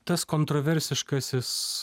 tas kontroversiškasis